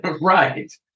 Right